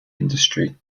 industry